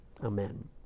Amen